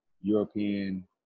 European